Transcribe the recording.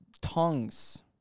Tongues